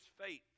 faith